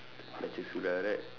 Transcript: baca surah right